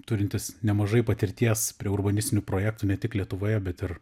turintis nemažai patirties prie urbanistinių projektų ne tik lietuvoje bet ir